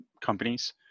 companies